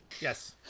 Yes